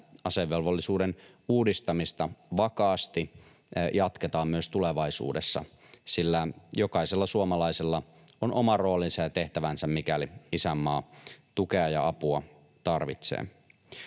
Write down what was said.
asevelvollisuuden uudistamista vakaasti jatketaan myös tulevaisuudessa, sillä jokaisella suomalaisella on oma roolinsa ja tehtävänsä, mikäli isänmaa tukea ja apua tarvitsee.